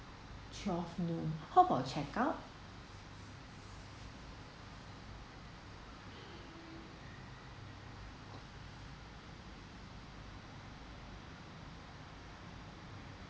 twelve noon how about checkout